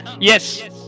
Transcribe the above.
yes